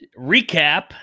recap